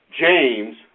James